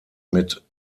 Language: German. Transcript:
mit